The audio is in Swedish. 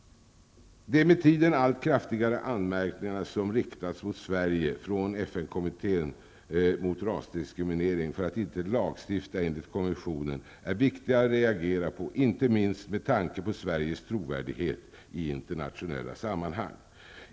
De med tiden allt kraftigare anmärkningar som riktats mot Sverige från FN-kommittén mot rasdiskriminering för att inte lagstifta i enlighet med konventionen är viktiga att reagera på, inte minst med tanke på Sveriges trovärdighet i internationella sammanhang.